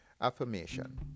Affirmation